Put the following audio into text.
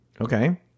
Okay